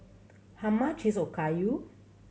how much is Okayu